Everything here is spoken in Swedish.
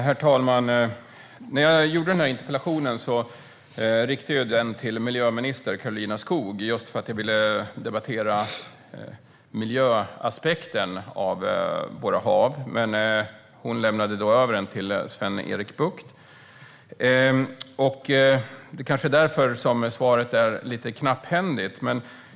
Herr talman! När jag skrev min interpellation riktade jag den till miljöminister Karolina Skog eftersom jag ville diskutera miljöaspekten på våra hav. Men hon lämnade över interpellationen till Sven-Erik Bucht. Det är kanske därför som svaret är lite knapphändigt.